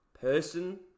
person